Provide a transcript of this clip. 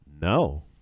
No